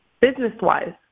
Business-wise